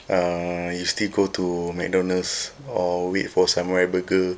err you still go to McDonald's or wait for samurai burger